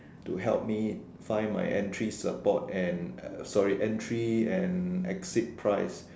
to help me find my entry support and sorry entry and exit price